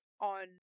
on